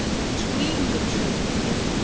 between the two of you,